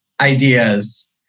ideas